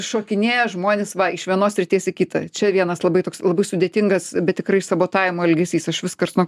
šokinėja žmonės va iš vienos srities į kitą čia vienas labai toks labai sudėtingas bet tikrai sabotavimo elgesys aš vis karts nuo